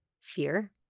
fear